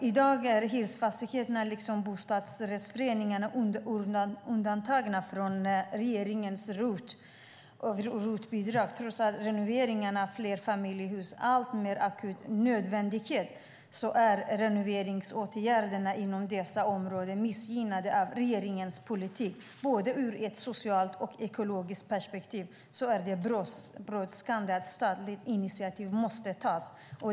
I dag är hyresfastigheterna liksom bostadsrättsföreningarna undantagna från regeringens ROT-avdrag. Trots att renoveringar av flerfamiljshus är en alltmer akut nödvändighet är renoveringsåtgärderna inom dessa områden missgynnade av regeringens politik. Både ur ett socialt och ur ett ekonomiskt perspektiv är det brådskande - ett statligt initiativ måste tas.